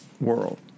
world